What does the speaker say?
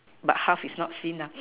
but half is not seen